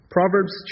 Proverbs